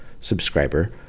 subscriber